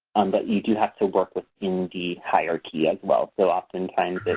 but you do have to work within the hierarchy as well. so oftentimes it's